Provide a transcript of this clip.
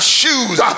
shoes